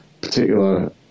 particular